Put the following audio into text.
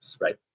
right